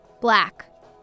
Black